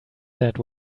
that